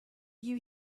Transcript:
you